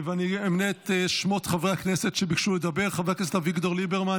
ואני אמנה את שמות חברי הכנסת שביקשו לדבר: חבר הכנסת אביגדור ליברמן,